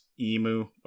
emu